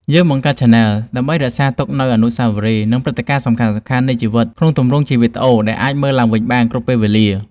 យើងបង្កើតឆានែលដើម្បីរក្សាទុកនូវអនុស្សាវរីយ៍ និងព្រឹត្តិការណ៍សំខាន់ៗនៃជីវិតក្នុងទម្រង់ជាវីដេអូដែលអាចមើលឡើងវិញបានគ្រប់ពេលវេលា។